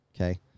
Okay